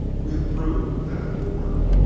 we have proved that it will work.